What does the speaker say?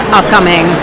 upcoming